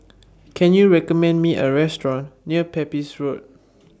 Can YOU recommend Me A Restaurant near Pepys Road